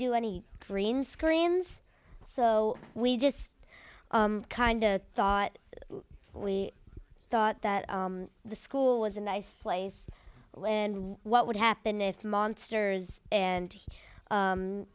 do any green screens so we just kind of thought we thought that the school was a nice place and what would happen if monsters and